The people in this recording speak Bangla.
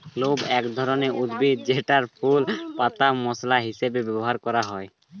ক্লোভ এক ধরনের উদ্ভিদ যেটার ফুল, পাতা মসলা হিসেবে ব্যবহার করা হয়